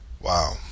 Wow